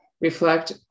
reflect